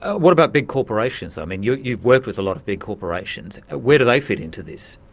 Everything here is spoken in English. what about big corporations though? i mean you've you've worked with a lot of big corporations ah where do they fit into this?